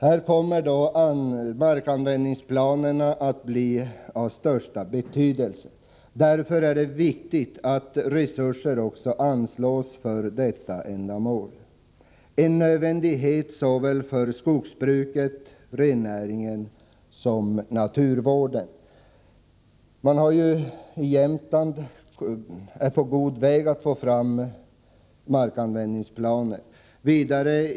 Här kommer markanvändningsplanerna att bli av största betydelse. Därför är det viktigt att resurser ställs till förfogande också för detta ändamål. Det är nödvändigt såväl för skogsbruket och rennäringen som för naturvården. I Jämtland är man på god väg att få fram markanvändningsplaner.